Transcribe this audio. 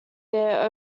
their